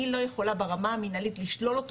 אני לא יכולה ברמה המנהלית לשלול אותו